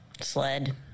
sled